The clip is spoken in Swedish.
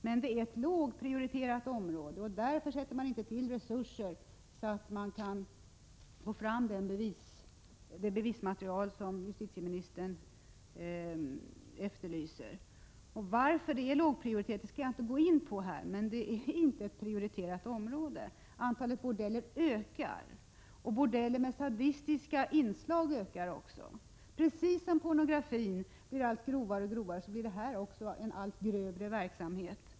Men det är ett lågprioriterat område, och därför ges inte resurser för att man skall få fram det bevismaterial som justitieministern efterlyser. Varför detta är ett lågprioriterat område skall jag inte gå in på. Men faktum är att detta inte är ett högprioriterat område. Antalet bordeller ökar. Bordeller med sadistiska inslag ökar också. På samma sätt som pornografin blir grövre blir även denna verksamhet allt grövre.